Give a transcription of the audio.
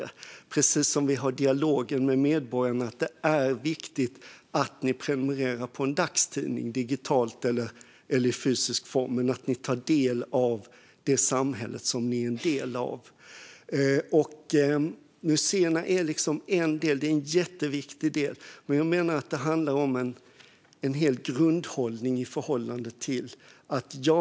Det är precis som i vår dialog med medborgarna där vi säger: Det är viktigt att ni prenumererar på en dagstidning i digital eller fysisk form. Det är viktigt att ni tar del av det samhälle ni är en del av. Museerna är en del, som är jätteviktig, men jag menar att det handlar om en grundhållning.